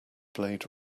blade